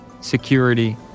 security